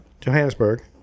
Johannesburg